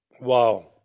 Wow